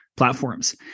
platforms